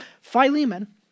Philemon